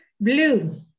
Blue